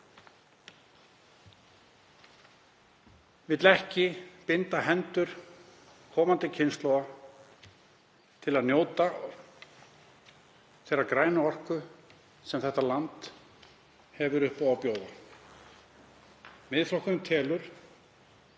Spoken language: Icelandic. vill ekki binda hendur komandi kynslóða til að njóta þeirrar grænu orku sem þetta land hefur upp á að bjóða